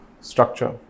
structure